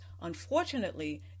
unfortunately